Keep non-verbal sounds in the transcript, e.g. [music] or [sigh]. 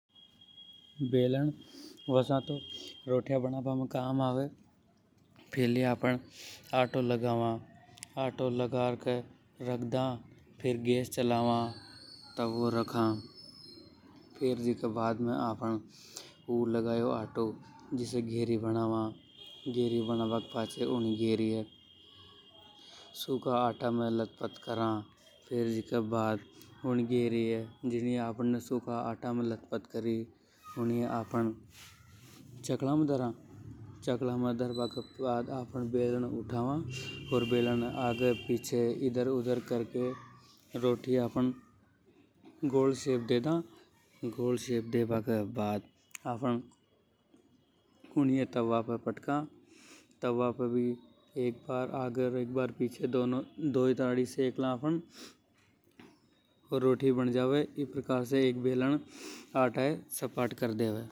बेलन [noise] वसा तो रोटियां बना बा में काम आवे। फैली आपन आटो लगावा, आटो लगा के रख दा। फेर गैस छलावा [noise] और तव्वों रख दा, फेर जीके बाद में ऊ लगायो आटा से घेरी बनावा। फेर घेरी ये सुक्का चुन में लतपथ करा। [unintelligible] आफ़न चकला में धरा, चकला में धर बा के बाद आफ़न बेलन उठावा। ओर बेलन ये आगे पीछे ऊपर नीचे करके ,रोटी ये गोल शेप दे दा । गोल शेप दे बा के बाद आफ़न [hesitation] तव्वा पे पटक दा। [unintelligible] ई प्रकार से एक बेलन आटा ये सपाट कर देवे। [noise]